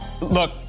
look